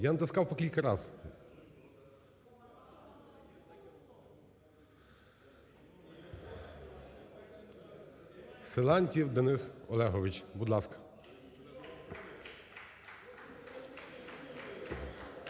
Я натискав по кілька раз. Силантьєв Денис Олегович, будь ласка.